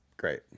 Great